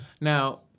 Now